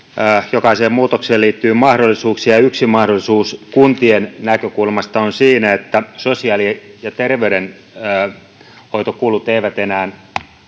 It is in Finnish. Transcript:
jokaiseen muutokseen liittyy mahdollisuuksia ja yksi mahdollisuus kuntien näkökulmasta on siinä että sosiaali ja terveydenhoitokulut eivät enää